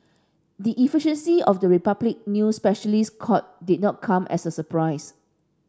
the efficiency of the Republic new specialist court did not come as a surprise